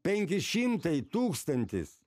penki šimtai tūkstantis